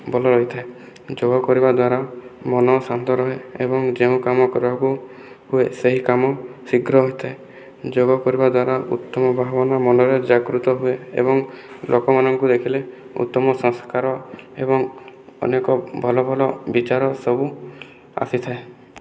ଭଲ ହୋଇଥାଏ ଯୋଗ କରିବାଦ୍ୱାରା ମନ ଶାନ୍ତ ରୁହେ ଏବଂ ଯେଉଁ କାମ କରା ହୁଏ ଓ ସେହି କାମ ଶୀଘ୍ର ହୋଇଥାଏ ଯୋଗ କରିବାଦ୍ଵାରା ଉତ୍ତମ ଭାବନା ମନରେ ଜାଗୃତ ହୁଏ ଏବଂ ଲୋକମାନଙ୍କୁ ଦେଖିଲେ ଉତ୍ତମ ସଂସ୍କାର ଏବଂ ଅନେକ ଭଲ ଭଲ ବିଚାର ସବୁ ଆସିଥାଏ